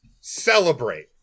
celebrate